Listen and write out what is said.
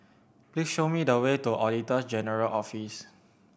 please show me the way to Auditor General Office